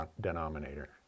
denominator